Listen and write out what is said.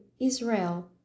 Israel